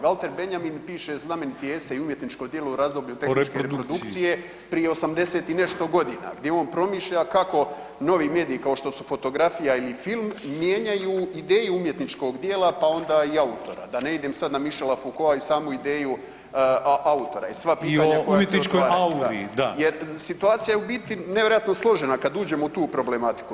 Valter Benjamin piše znameniti esej, umjetničko djelo u razdoblju tehničke reprodukcije prije osamdeset i nešto godina gdje on promišlja kako novi mediji kao što su fotografija ili film mijenjaju ideju umjetničkog djela, pa onda i autora, da ne idem sad na Michela Foucaulta i samu ideju autora i sva pitanja [[Upadica: I o umjetničkoj auri, da.]] Jer situacija je u biti nevjerojatno složena kad uđemo u tu problematiku.